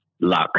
Luck